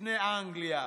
לפני אנגליה.